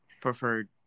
preferred